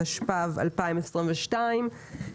התשפ"ב-2022.